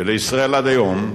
ולישראל, עד היום,